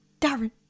Darren